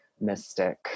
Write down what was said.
mystic